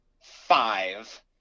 five